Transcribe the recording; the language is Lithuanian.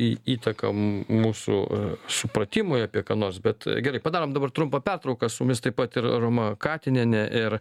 į įtaką mūsų supratimui apie ką nors bet gerai padarom dabar trumpą pertrauką su mumis taip pat ir roma katinienė ir